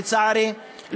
לצערי,